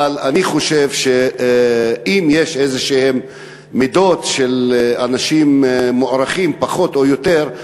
אבל אני חושב שאם יש איזשהן מידות של אנשים מוערכים פחות או יותר,